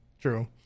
True